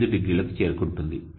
50 చేరుకుంటుంది